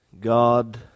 God